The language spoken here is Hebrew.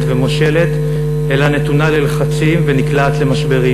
ומושלת אלא נתונה ללחצים ונקלעת למשברים.